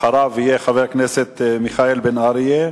אחריו יהיה חבר הכנסת מיכאל בן-ארי,